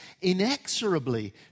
inexorably